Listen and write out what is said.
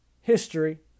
history